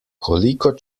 koliko